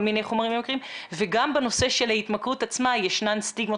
מיני חומרים ממכרים וגם בנושא ההתמכרות עצמה ישנן סטיגמות